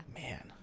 man